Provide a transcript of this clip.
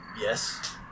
Yes